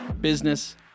business